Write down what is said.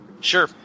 Sure